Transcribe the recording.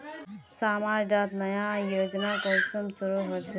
समाज डात नया योजना कुंसम शुरू होछै?